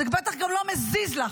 זה בטח גם לא מזיז לך,